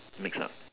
mix up